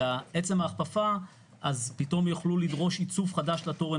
שעצם ההכפפה פתאום יוכלו לדרוש עיצוב חדש לתורן